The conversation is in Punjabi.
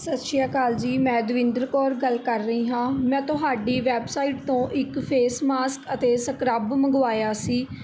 ਸਤਿ ਸ਼੍ਰੀ ਅਕਾਲ ਜੀ ਮੈਂ ਦਵਿੰਦਰ ਕੌਰ ਗੱਲ ਕਰ ਰਹੀ ਹਾਂ ਮੈਂ ਤੁਹਾਡੀ ਵੈੱਬਸਾਈਟ ਤੋਂ ਇੱਕ ਫੇਸ ਮਾਸਕ ਅਤੇ ਸਕ੍ਰੱਬ ਮੰਗਵਾਇਆ ਸੀ